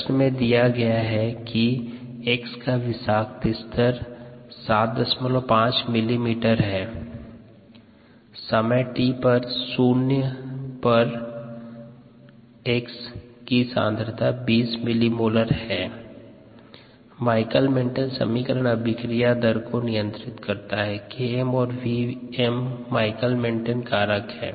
प्रश्न में दिया गया है कि X का विषाक्त स्तर 75 मिलीमीटर है समय t 0 पर X की सांद्रता 20 मिलीमोलर है माइकलिस मेंटेन समीकरण अभिक्रिया दर को नियंत्रित करता है और Km और Vm माइकलिस मेंटेन कारक है